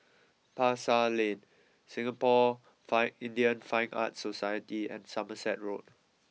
Pasar Lane Singapore Fine Indian Fine Arts Society and Somerset Road